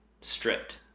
stripped